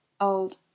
old